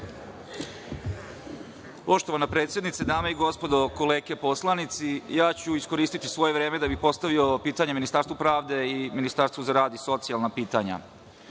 Poštovana predsednice, dame i gospodo kolege poslanici, ja ću iskoristiti svoje vreme da bih postavio pitanje Ministarstvu pravde i Ministarstvu za rad i socijalna pitanja. Sadašnji